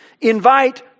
invite